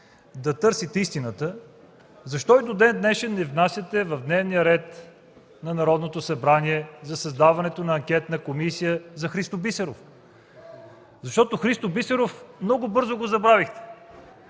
да търсите истината, защо и до ден-днешен не внасяте в дневния ред на Народното събрание предложение за създаването на Анкетна комисия за Христо Бисеров? Много бързо го забравихте,